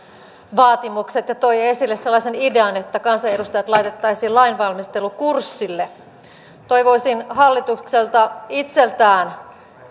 vaatimukset ja toi esille sellaisen idean että kansanedustajat laitettaisiin lainvalmistelukurssille toivoisin hallitukselta itseltään